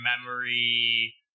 memory